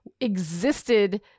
existed